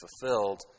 fulfilled